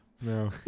No